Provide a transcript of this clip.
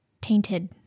tainted